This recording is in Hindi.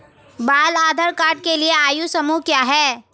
बाल आधार कार्ड के लिए आयु समूह क्या है?